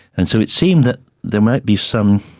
and so it seemed that there might be some